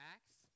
Acts